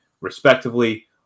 respectively